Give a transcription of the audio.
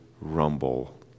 rumble